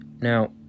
Now